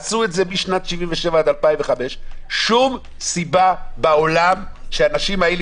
עשו את זה משנת 1977 עד 2005. אין שום סיבה בעולם שהאנשים האלה